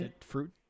fruit